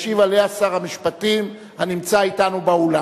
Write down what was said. ישיב עליה שר המשפטים, הנמצא אתנו באולם.